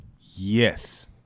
Yes